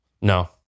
No